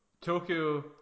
Tokyo